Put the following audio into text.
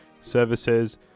services